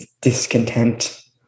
discontent